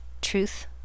truth